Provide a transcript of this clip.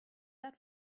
that